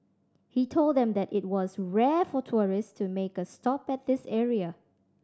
he told them that it was rare for tourist to make a stop at this area